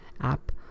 app